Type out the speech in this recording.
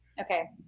okay